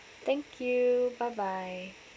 thank you bye bye